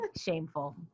Shameful